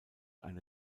eine